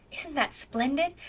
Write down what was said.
isn't that splendid?